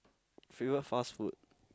favourite fast food